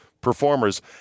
performers